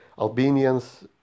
Albanians